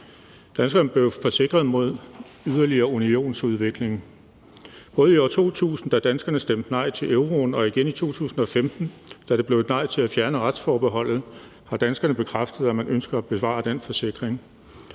Danskerne blev forsikret mod yderligere unionsudvikling. Både i år 2000, da Danmark stemte nej til euroen. og igen i 2015, da det blev et nej til at fjerne retsforbeholdet, har danskerne bekræftet, at man ønsker at bevare den forsikring.